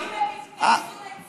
אם הם יתגייסו לצה"ל,